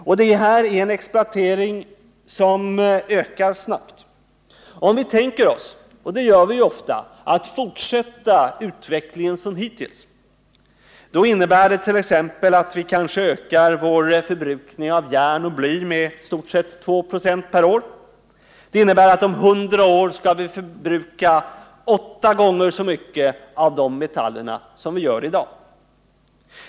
Om vi avser — och det gör vi ju i många fall — att fortsätta utvecklingen som hittills, ja, då innebär det t.ex. att vi ökar vår förbrukning av järn och bly med i stort sett 2 26 per år. Det innebär att om 100 år kommer vi att förbruka 8 gånger så mycket av de metallerna jämfört med i dag.